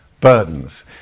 burdens